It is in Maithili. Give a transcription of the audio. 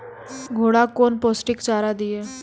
घोड़ा कौन पोस्टिक चारा दिए?